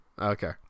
Okay